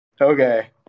okay